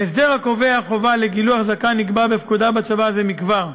ההסדר הקובע חובה לגילוח זקן נקבע בפקודה בצבא זה מכבר,